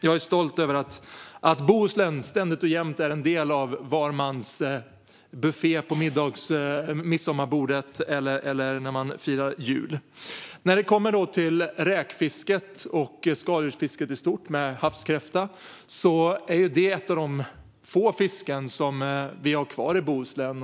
Jag är stolt över att Bohuslän ständigt och jämt är en del av var mans buffé på midsommarbordet eller när man firar jul. När det kommer till räkfisket och skaldjursfisket i stort, med havskräfta, är detta ett av de få fisken vi har kvar i Bohuslän.